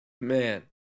man